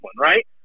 right